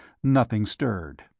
nothing stirred.